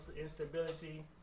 instability